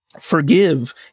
forgive